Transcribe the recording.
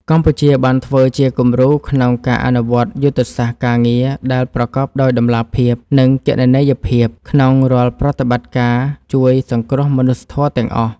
កម្ពុជាបានធ្វើជាគំរូក្នុងការអនុវត្តយុទ្ធសាស្ត្រការងារដែលប្រកបដោយតម្លាភាព និងគណនេយ្យភាព ក្នុងរាល់ប្រតិបត្តិការជួយសង្គ្រោះមនុស្សធម៌ទាំងអស់។